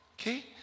Okay